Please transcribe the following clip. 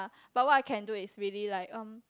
but what I can do is really like um